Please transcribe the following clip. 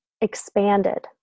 expanded